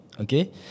Okay